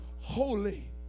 holy